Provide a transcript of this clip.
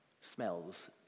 smells